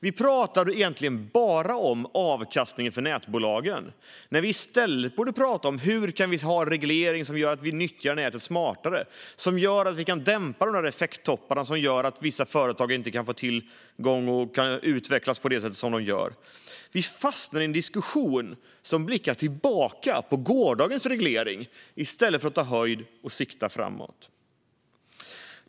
Vi talar egentligen bara om avkastningen för nätbolagen när vi i stället borde tala om hur vi ska få en reglering som gör att vi nyttjar nätet smartare, som gör att vi kan dämpa effekttopparna som leder till att vissa företag inte får tillgång till el och kan utvecklas. Vi fastnar i en diskussion som blickar tillbaka på gårdagens reglering i stället för att ta höjd och sikta framåt.